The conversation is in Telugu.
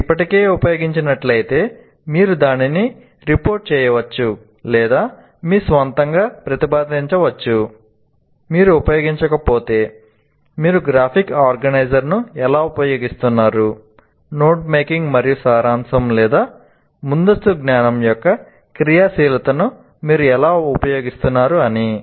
మీరు ఇప్పటికే ఉపయోగించినట్లయితే మీరు దానిని రిపోర్ట్ చేయవచ్చు లేదా మీ స్వంతంగా ప్రతిపాదించవచ్చు మీరు గ్రాఫిక్ ఆర్గనైజర్ను ఎలా ఉపయోగిస్తున్నారు నోట్ మేకింగ్ మరియు సారాంశం లేదా ముందస్తు జ్ఞానం యొక్క క్రియాశీలతను మీరు ఎలా ఉపయోగిస్తున్నారు అని